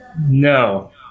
No